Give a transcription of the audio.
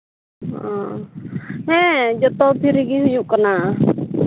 ᱚᱻ ᱦᱮᱸ ᱡᱚᱛᱚ ᱯᱷᱨᱤ ᱜᱮ ᱦᱩᱭᱩᱜ ᱠᱟᱱᱟ